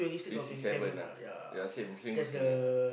Kris is seven lah ya same same with me lah